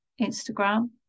Instagram